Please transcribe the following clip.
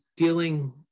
Dealing